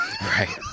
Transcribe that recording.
Right